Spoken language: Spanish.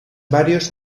varios